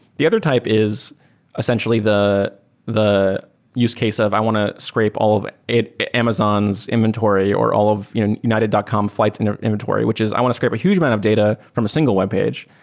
the other type is essentially the the use case of i want to scrape all of amazon's inventory or all of united dot com fl ights and inventory, which is i want to scrape a huge amount of data from a single webpage.